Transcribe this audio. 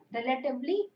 Relatively